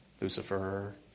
Lucifer